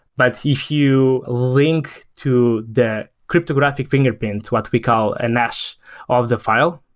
but if you link to the cryptographic fingerprint what we call an hash of the file,